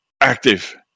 active